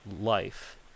life